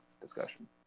discussion